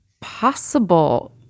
possible